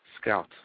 Scout